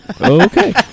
Okay